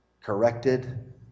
corrected